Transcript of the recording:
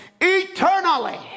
eternally